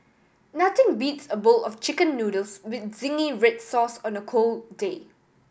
nothing beats a bowl of Chicken Noodles with zingy red sauce on a cold day